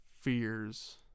fears